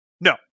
No